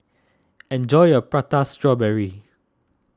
enjoy your Prata Strawberry